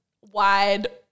wide